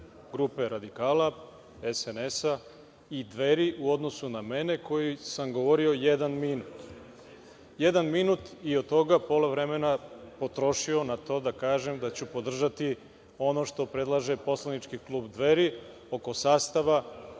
grupe SRS, SNS i Dveri u odnosu na mene koji sam govorio jedan minut, i od toga pola vremena potrošio na to da kažem da ću podržati ono što predlaže poslanički klub Dveri oko njihovog